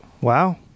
Wow